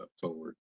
forward